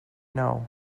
know